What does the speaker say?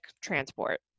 transport